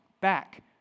back